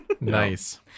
Nice